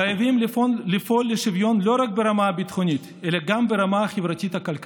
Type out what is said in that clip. חייבים לפעול לשוויון לא רק ברמה הביטחונית אלא גם ברמה החברתית-כלכלית.